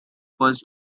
first